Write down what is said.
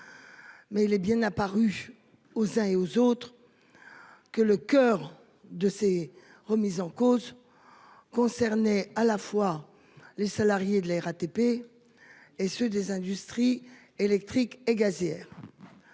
Mais il est bien apparu aux uns et aux autres. Que le coeur de ses remises en cause. Concernés à la fois les salariés de la RATP. Et ceux des industries électriques et gazières.